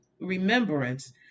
remembrance